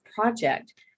project